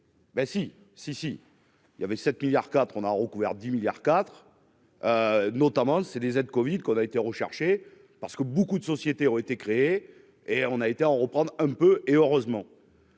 ben si, si, si, il y avait 7 milliards quatre on a recouvert 10 milliards 4 notamment, c'est des aides Covid qu'on a été recherché parce que beaucoup de sociétés ont été créées, et on a été en reprendre un peu, et heureusement.